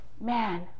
man